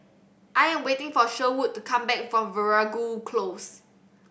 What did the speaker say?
I am waiting for Sherwood to come back from Veeragoo Close